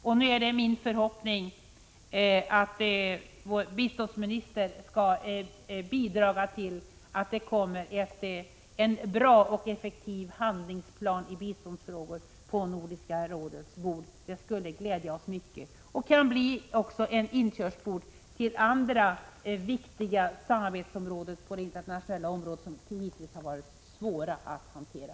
Det är min förhoppning att biståndsministern skall bidra till att en bra och effektiv handlingsplan i biståndsfrågor kommer på Nordiska rådets bord. Det skulle glädja oss mycket och kan också bli en inkörsport till andra viktiga samarbetsområden när det gäller internationella frågor som hittills varit svåra att hantera.